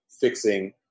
fixing